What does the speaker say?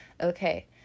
okay